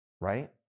right